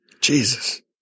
Jesus